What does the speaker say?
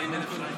40,000 שקלים.